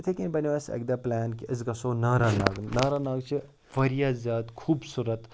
یِتھَے کَنۍ بَنیو اَسہِ اَکہِ دۄہ پٕلین کہِ أسۍ گژھو ناراناگ ناراناگ چھِ واریاہ زیادٕ خوٗبصوٗرَت